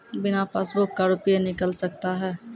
बिना पासबुक का रुपये निकल सकता हैं?